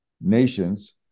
nations